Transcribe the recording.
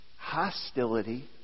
hostility